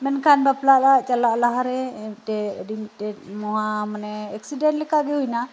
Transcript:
ᱢᱮᱱᱠᱷᱟᱱ ᱵᱟᱯᱞᱟ ᱚᱲᱟᱜ ᱪᱟᱞᱟᱜ ᱞᱟᱦᱟᱨᱮ ᱢᱤᱫᱴᱮᱡ ᱟᱹᱰᱤ ᱢᱤᱫᱴᱮᱡ ᱱᱚᱣᱟ ᱢᱟᱱᱮ ᱮᱠᱥᱤᱰᱮᱱᱴ ᱞᱮᱠᱟᱜᱮ ᱦᱩᱭᱱᱟ